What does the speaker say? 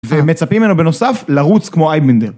ומצפים ממנו בנוסף לרוץ כמו אייב מנדה.